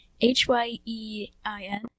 H-Y-E-I-N